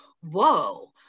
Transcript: whoa